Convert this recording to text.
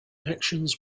actions